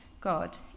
God